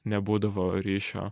nebūdavo ryšio